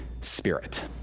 spirit